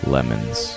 Lemons